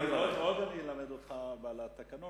עוד אני אלמד אותך על התקנון.